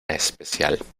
especial